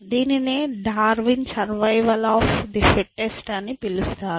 దీనినే Darwin survival of the fittest అని పిలుస్తారు